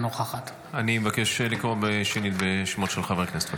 אינה נוכחת אני מבקש לקרוא שנית בשמות חברי הכנסת.